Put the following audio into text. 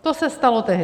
To se stalo tehdy.